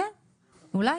אולי.